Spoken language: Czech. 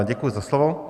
Děkuji za slovo.